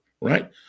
right